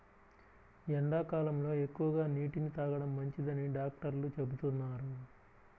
ఎండాకాలంలో ఎక్కువగా నీటిని తాగడం మంచిదని డాక్టర్లు చెబుతున్నారు